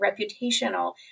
reputational